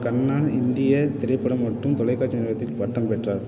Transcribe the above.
கண்ணா இந்திய திரைப்பட மற்றும் தொலைக்காட்சி நிறுவனத்தில் பட்டம் பெற்றார்